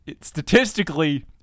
statistically